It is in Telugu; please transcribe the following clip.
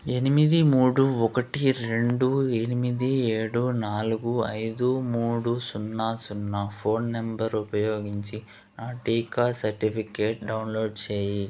ఎనిమిది మూడు ఒకటి రెండు ఎనిమిది ఏడు నాలుగు ఐదు మూడు సున్నా సున్నా ఫోన్ నంబర్ ఉపయోగించి నా టీకా సర్టిఫికేట్ డౌన్లోడ్ చేయి